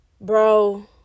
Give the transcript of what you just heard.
bro